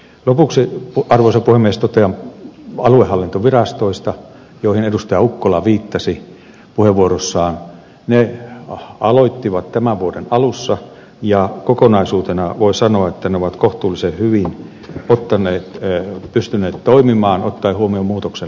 lopuksi arvoisa puhemies totean aluehallintovirastoista joihin edustaa ukkola viittasi puheenvuorossaan meihin aloittivat tämän vuoden alussa ja kokonaisuutena voi sanoa tenavat kohtuullisen hyvin ottaneet pystyneet toimimaan tai huumemuutoksen